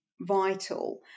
vital